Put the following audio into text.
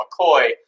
McCoy